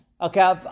Okay